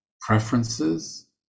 preferences